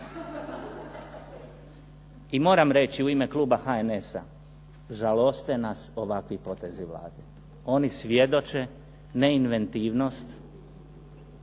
I moram reći u ime kluba HNS-a žaloste nas ovakvi potezi Vlade. Oni svjedoče neinventivnost,